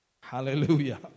hallelujah